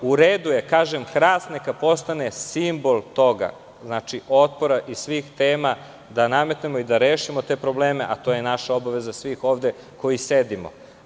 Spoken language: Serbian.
U redu je, kažem, neka hrast postane simbol toga, otpora i svih tema da nametnemo i da rešimo te probleme a to je obaveza svih nas ovde koji sedimo.